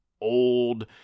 old